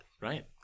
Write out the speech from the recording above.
Right